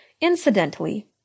Incidentally